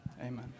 Amen